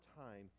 time